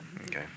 okay